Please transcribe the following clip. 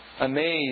Amazed